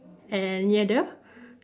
and near the